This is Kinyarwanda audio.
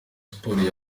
sports